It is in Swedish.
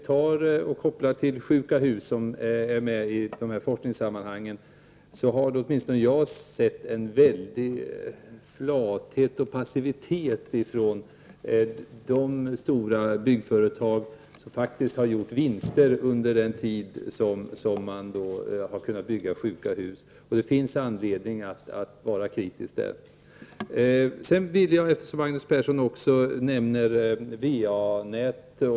När det gäller sjuka hus — som ingår i dessa forskningssammanhang — har åtminstone jag sett än väldig flathet och passivitet ifrån de stora byggföretag som har gjort vinster under den tid som man har byggt sjuka hus. Där finns det anledning att vara kritisk. Magnus Persson nämnde också forskning angående VA-nät.